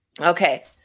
Okay